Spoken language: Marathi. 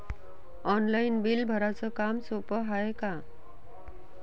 ऑनलाईन बिल भराच काम सोपं हाय का?